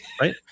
Right